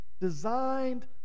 designed